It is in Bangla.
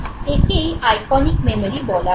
একেই আইকনিক মেমোরি বলা হচ্ছে